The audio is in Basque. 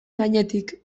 gainetik